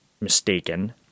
mistaken